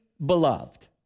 beloved